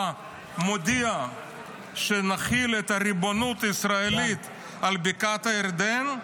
מודיע שנחיל את הריבונות הישראלית על בקעת הירדן,